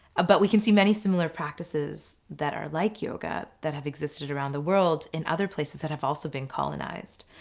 but we can see many similar practices that are like yoga that have existed around the world in other places that have also been colonized.